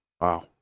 Wow